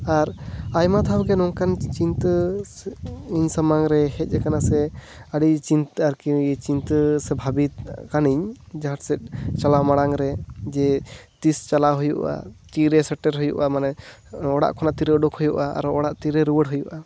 ᱟᱨ ᱟᱭᱢᱟ ᱫᱷᱟᱣ ᱜᱮ ᱱᱚᱝᱠᱟᱱ ᱪᱤᱱᱛᱟᱹ ᱤᱧ ᱥᱟᱢᱟᱝ ᱨᱮ ᱦᱮᱡ ᱟᱠᱟᱱᱟ ᱥᱮ ᱟᱹᱰᱤ ᱪᱤᱱᱛᱟᱹ ᱟᱨᱠᱤ ᱪᱤᱱᱛᱟᱹ ᱥᱮ ᱵᱷᱟᱵᱤᱛ ᱠᱟᱱᱟᱹᱧ ᱡᱟᱦᱟᱸ ᱥᱮᱡ ᱪᱟᱞᱟᱣ ᱢᱟᱲᱟᱝ ᱨᱮ ᱡᱮ ᱛᱤᱥ ᱪᱟᱞᱟᱣ ᱦᱩᱭᱩᱜᱼᱟ ᱛᱤ ᱨᱮ ᱥᱮᱴᱮᱨ ᱦᱩᱭᱩᱜᱼᱟ ᱢᱟᱱᱮ ᱚᱲᱟᱜ ᱠᱷᱚᱱᱟᱜ ᱛᱤ ᱨᱮ ᱩᱰᱩᱠ ᱦᱩᱭᱩᱜᱼᱟ ᱟᱨᱚ ᱚᱲᱟᱜ ᱛᱤ ᱨᱮ ᱨᱩᱭᱟᱹᱲ ᱦᱩᱭᱩᱜᱼᱟ